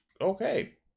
Okay